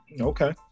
Okay